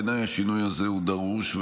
בעיניי השינוי הזה דרוש,